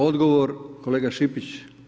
Odgovor kolega Šipić?